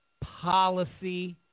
policy